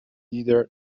leader